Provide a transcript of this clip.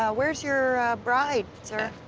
ah where's your bride, sir?